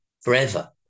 forever